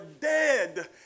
dead